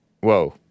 whoa